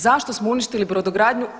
Zašto smo uništili brodogradnju?